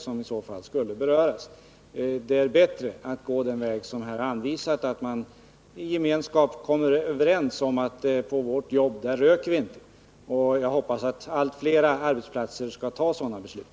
Där är det bättre att gå den väg som här har anvisats, dvs. att gemensamt komma överens i den här frågan och säga: På vårt jobb röker vi inte. Jag hoppas att allt fler arbetsplatser skall fatta sådana beslut.